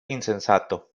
insensato